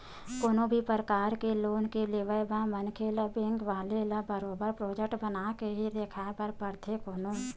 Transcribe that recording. कोनो भी परकार के लोन के लेवब म मनखे ल बेंक वाले ल बरोबर प्रोजक्ट बनाके ही देखाये बर परथे कोनो